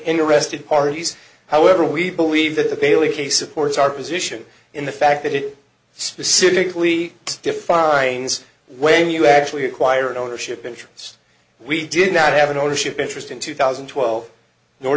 interested parties however we believe that the bailey case supports our position in the fact that it specifically defines when you actually acquired ownership interest we did not have an ownership interest in two thousand and twelve nor